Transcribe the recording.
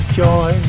joy